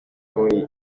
buri